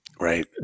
Right